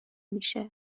میشه